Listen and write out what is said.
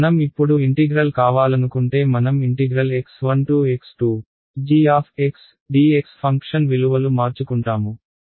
మనం ఇప్పుడు ఇంటిగ్రల్ కావాలనుకుంటే మనం x1x2gdx ఫంక్షన్ విలువలు మార్చుకుంటాము